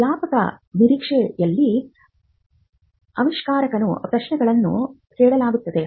ವ್ಯಾಪಕ ನಿರೀಕ್ಷೆಯಲ್ಲಿ ಆವಿಷ್ಕಾರಕನನ್ನು ಪ್ರಶ್ನೆಗಳನ್ನು ಕೇಳಲಾಗುತ್ತದೆ